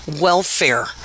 welfare